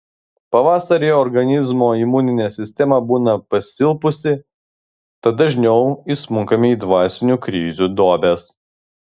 pavasarį organizmo imuninė sistema būna pasilpusi tad dažniau įsmunkame į dvasinių krizių duobes